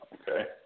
okay